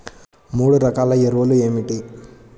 మూడు రకాల ఎరువులు ఏమిటి?